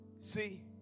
see